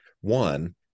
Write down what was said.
one